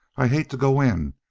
i hate to go in.